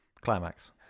climax